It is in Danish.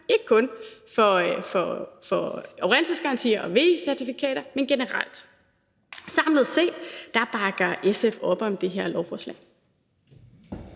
ikke kun for oprindelsesgarantier og VE-certifikater, men generelt. Samlet set bakker SF op om det her lovforslag.